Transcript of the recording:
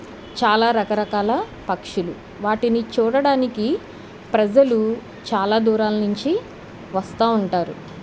చాలా రకరకాల పక్షులు వాటిని చూడడానికి ప్రజలు చాలా దూరాల నుంచి వస్తూ ఉంటారు